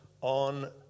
on